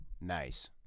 Nice